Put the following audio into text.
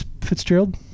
Fitzgerald